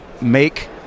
make